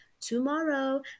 tomorrow